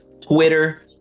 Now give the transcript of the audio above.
twitter